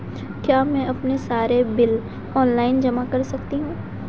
क्या मैं अपने सारे बिल ऑनलाइन जमा कर सकती हूँ?